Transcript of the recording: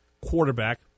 quarterback